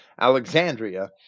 Alexandria